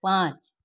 पाँच